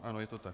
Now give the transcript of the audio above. Ano, je to tak.